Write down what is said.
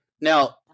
Now